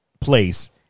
place